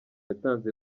yatanze